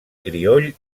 crioll